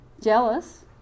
Jealous